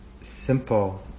simple